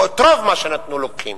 או את רוב מה שנתנו לוקחים.